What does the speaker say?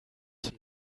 zum